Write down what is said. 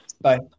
Bye